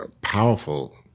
powerful